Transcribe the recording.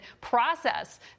process